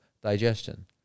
digestion